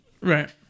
Right